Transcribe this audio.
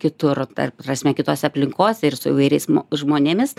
kitur tar prasme kitose aplinkose ir su įvairiais mo žmonėmis